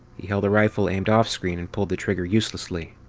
he held a rifle aimed offscreen and pulled the trigger uselessly.